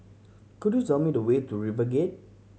could you tell me the way to RiverGate